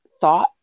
Thought